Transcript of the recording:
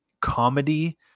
comedy